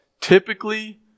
typically